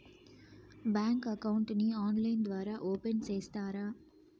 Bank account ని online ద్వారా open సేస్తారా?